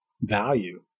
value